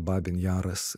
babyn jaras